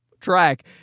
track